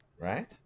right